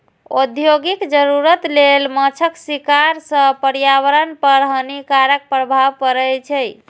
औद्योगिक जरूरत लेल माछक शिकार सं पर्यावरण पर हानिकारक प्रभाव पड़ै छै